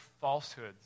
falsehoods